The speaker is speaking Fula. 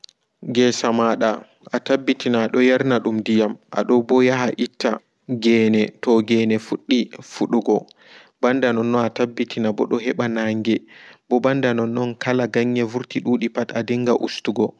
Geesa mada ataɓɓitina ado yarna dum diya ado bo ya ha itta gene to gene fuddi fuddugo ɓanda nonno ataɓɓitina ɓo do eɓa naange ɓo ɓanda nonno gala ganye vurti duudipat adinga ustugo.